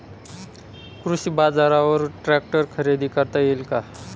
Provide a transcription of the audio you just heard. कृषी बाजारवर ट्रॅक्टर खरेदी करता येईल का?